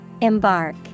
Embark